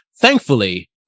Thankfully